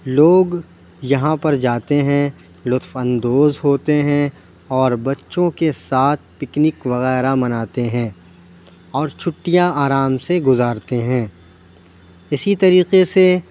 لوگ یہاں پر جاتے ہیں لُطف اندوز ہوتے ہیں اور بچوں کے ساتھ پکنک وغیرہ مناتے ہیں اور چُھٹیاں آرام سے گُزارتے ہیں اِسی طریقے سے